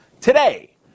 Today